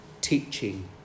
teaching